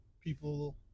People